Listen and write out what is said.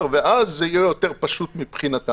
החיבור ואז זה יהיה יותר פשוט מבחינתם.